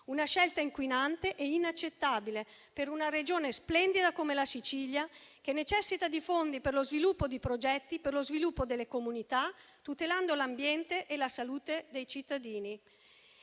una scelta inquinante e inaccettabile per una Regione splendida come la Sicilia, che necessita di fondi per lo sviluppo di progetti e per lo sviluppo delle comunità, tutelando l'ambiente e la salute dei cittadini.